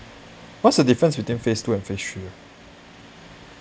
what's the difference between phase two and phase three